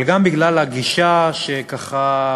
אבל גם בגלל הגישה, שככה,